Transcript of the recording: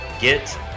Get